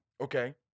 Okay